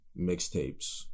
mixtapes